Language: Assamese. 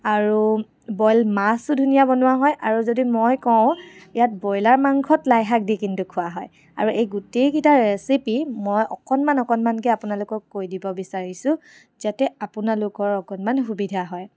আৰু বইল মাছো ধুনীয়া বনোৱা হয় আৰু যদি মই কওঁ ইয়াত ব্ৰইলাৰ মাংসত লাইশাক দি কিন্তু খোৱা হয় আৰু এই গোটেইকেইটা ৰেচিপি মই অকণমান অকণমানকৈ আপোনালোকক কৈ দিব বিচাৰিছোঁ যাতে আপোনালোকৰ অকণমান সুবিধা হয়